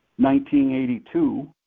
1982